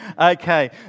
Okay